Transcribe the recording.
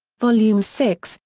volume six,